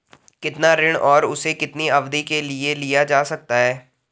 कितना ऋण और उसे कितनी अवधि के लिए लिया जा सकता है?